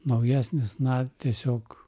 naujesnis na tiesiog